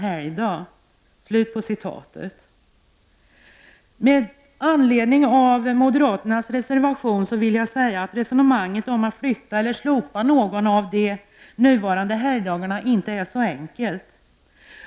Med anledning av moderaternas resonemang i den här reservationen vill jag säga att det här med att flytta eller att slopa någon av det nuvarande helgdagarna inte är så enkelt.